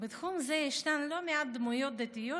בתחום זה ישנן לא מעט דמויות דתיות